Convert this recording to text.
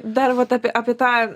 dar vat apie apie tą